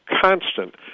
constant